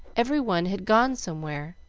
every one had gone somewhere,